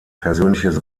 persönliches